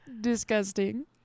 disgusting